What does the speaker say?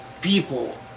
people